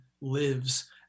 lives